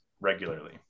regularly